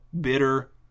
bitter